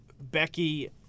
Becky